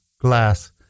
Glass